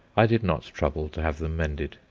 i did not trouble to have them mended.